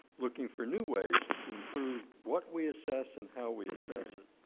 looking for new ways to improve what we assess and how we assess it.